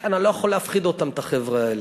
אני לא יכול להפחיד אותם, את החבר'ה האלה.